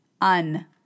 un